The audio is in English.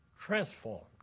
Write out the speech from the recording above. transformed